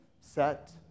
set